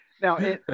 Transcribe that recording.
Now